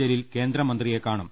ജലീൽ കേന്ദ്രമന്ത്രിയെ കാണും